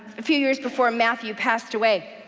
few years before matthew passed away,